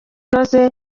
inoze